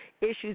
issues